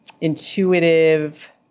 intuitive